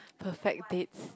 perfect dates